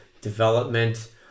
development